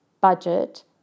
budget